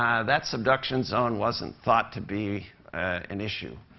um that subduction zone wasn't thought to be an issue.